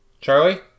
Charlie